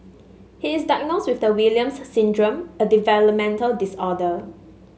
he is diagnosed with the Williams Syndrome a developmental disorder